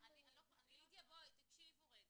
אם אתם תיתנו לי לדבר אני לא יכולה --- תקשיבו רגע,